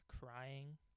crying